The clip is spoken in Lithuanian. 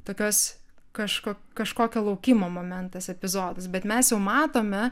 tokios kažko kažkokio laukimo momentas epizodas bet mes jau matome